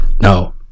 no